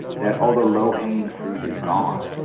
that all the low-hanging fruit is gone.